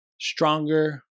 stronger